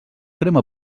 crema